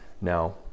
now